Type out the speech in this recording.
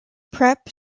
prep